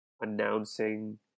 announcing